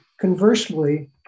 conversely